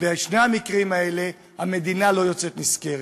ובשני המקרים האלה המדינה לא יוצאת נשכרת.